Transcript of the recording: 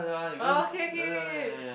oh okay okay